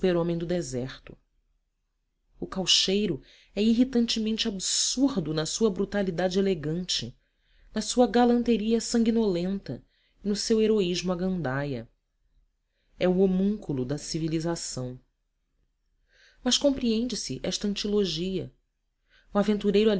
o super homem do deserto o caucheiro é irritantemente absurdo na sua brutalidade elegante na sua galanteria sanguinolenta e no seu heroísmo à gandaia é o homúnculo da civilização mas compreende-se esta antilogia o aventureiro